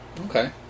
Okay